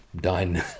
done